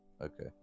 Okay